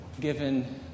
given